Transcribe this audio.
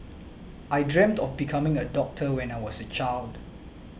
I dreamt of becoming a doctor when I was a child